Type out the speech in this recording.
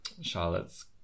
Charlotte's